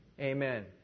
Amen